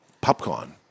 popcorn